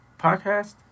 Podcast